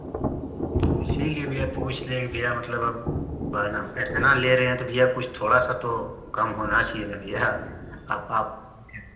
इसीलिए भैया पूछ लिया के भैया मतलब अब बानाम इतना ले रहे हैं तो भैया कुछ थोड़ा सा तो कम होना चाहिए ना भैया अब आप